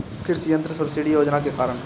कृषि यंत्र सब्सिडी योजना के कारण?